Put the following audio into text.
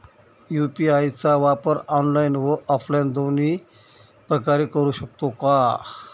UPI चा वापर online व ऑफलाईन दोन्ही प्रकारे करु शकतो का?